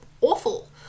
awful